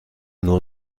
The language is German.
nur